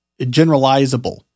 generalizable